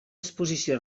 exposició